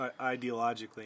ideologically